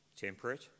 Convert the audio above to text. temperate